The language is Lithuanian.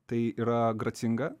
tai yra gracinga